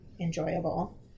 enjoyable